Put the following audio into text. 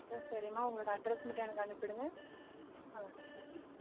ஆ சரி மா உங்களோடய அட்ரஸ் மட்டும் எனக்கு அனுப்பிவிடுங்க அவ்வளோ தான்